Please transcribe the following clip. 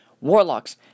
warlocks